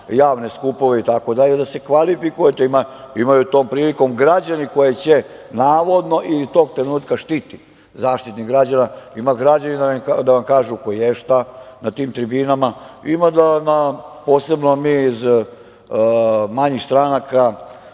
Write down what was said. javne skupove, da se kvalifikujete, imaju tom prilikom građani koje će navodno ili tog trenutka štiti Zaštitnik građana, ima građani da vam kažu koješta na tim tribinama, ima da, posebno mi iz manjih stranaka,